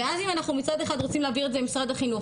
אם אנחנו מצד אחד רוצים להעביר את זה ממשרד החינוך,